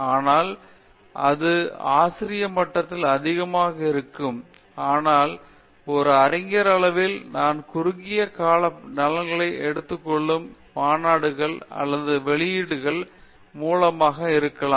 ஆனால் அது ஆசிரிய மட்டத்தில் அதிகமாக இருக்கும் ஆனால் ஒரு அறிஞர் அளவில் நான் குறுகிய கால நலன்களைப் ஏற்றுக்கொள்ளுதல் மாநாடுகள் அல்லது வெளியீடுகள் மூலமாக இருக்கலாம்